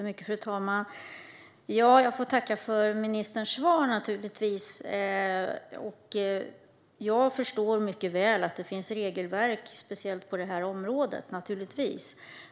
Fru talman! Jag får tacka för ministerns svar. Jag förstår naturligtvis mycket väl att det finns regelverk, speciellt på det här området.